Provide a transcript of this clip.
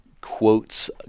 quotes